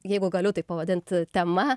jeigu galiu taip pavadinti tema